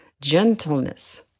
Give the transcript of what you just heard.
gentleness